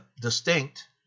distinct